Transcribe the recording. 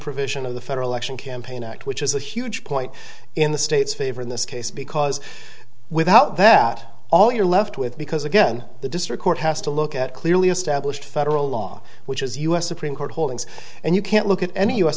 provision of the federal election campaign act which is a huge point in the state's favor in this case because without that all you're left with because again the district court has to look at clearly established federal law which is u s supreme court holdings and you can't look at any u